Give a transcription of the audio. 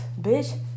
bitch